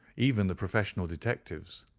even the professional detectives,